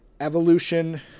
Evolution